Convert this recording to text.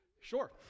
sure